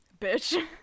bitch